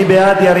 מי בעד,